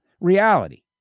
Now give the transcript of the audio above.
reality